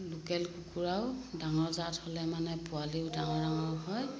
local কুকুৰাও ডাঙৰ জাত হ'লে মানে পোৱালিও ডাঙৰ ডাঙৰ হয়